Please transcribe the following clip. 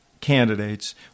candidates